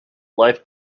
life